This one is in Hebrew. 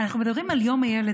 אנחנו מדברים על יום הילד,